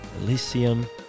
Elysium